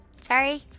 Sorry